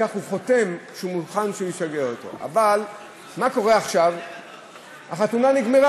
אבל החוק מחריג,